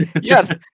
yes